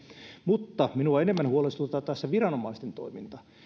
mutta enemmän minua tässä huolestuttaa viranomaisten toiminta